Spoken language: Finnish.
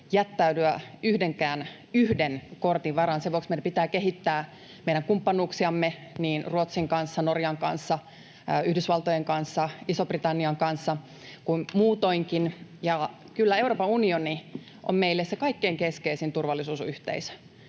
jättäytyä yhden kortin varaan. Sen vuoksi meidän pitää kehittää meidän kumppanuuksiamme niin Ruotsin kanssa, Norjan kanssa, Yhdysvaltojen kanssa, Ison-Britannian kanssa kuin muutoinkin, ja kyllä Euroopan unioni on meille se kaikkein keskeisin turvallisuusyhteisö.